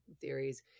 theories